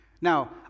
Now